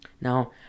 Now